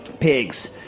pigs